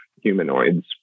humanoids